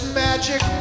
magic